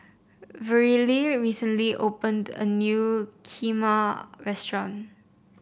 Verlie recently opened a new Kheema restaurant